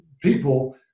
people